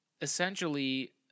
essentially